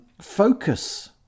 focus